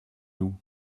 nous